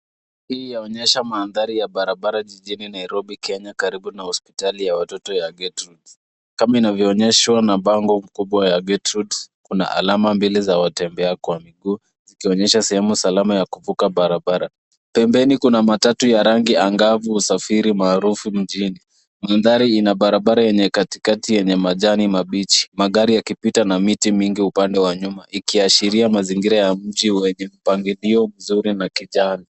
Hii yaonyesha mandhari ya barabara